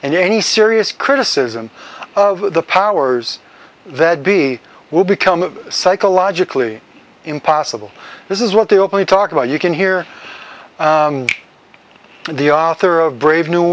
and any serious criticism of the powers that be will become psychologically impossible this is what they openly talk about you can hear the author of brave new